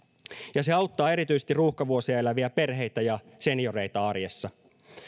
ja se auttaa erityisesti ruuhkavuosia eläviä perheitä ja senioreita arjessa